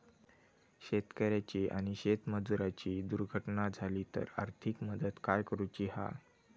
शेतकऱ्याची आणि शेतमजुराची दुर्घटना झाली तर आर्थिक मदत काय करूची हा?